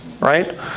right